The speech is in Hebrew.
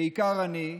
בעיקר אני,